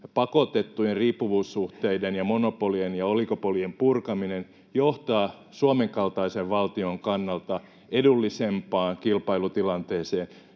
pakotettujen riippuvuussuhteiden ja monopolien ja oligopolien purkaminen johtaa Suomen kaltaisen valtion kannalta edullisempaan kilpailutilanteeseen,